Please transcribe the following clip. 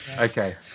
okay